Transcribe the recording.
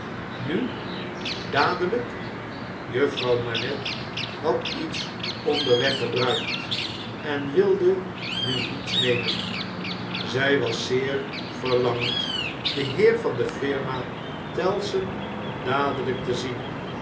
nu dadeljjk juffrouw manette had iets onderweg gebruikt en wilde nu niets nemen zij was zeer verlangend den heer van de firma tellson dadelijk te zien